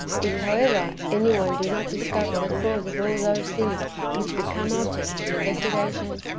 if, however, any one do not discover the cause of all those things which become objects of investigation,